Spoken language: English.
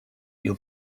you